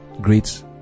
Great